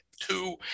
two